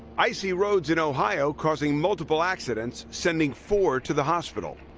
icy roads in ohio causing multiple accidents, sending four to the hospital.